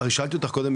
שאלתי אותך קודם,